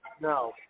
No